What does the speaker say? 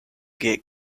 get